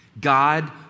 God